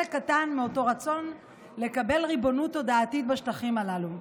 קטן מאותו רצון לקבל ריבונות תודעתית בשטחים הללו.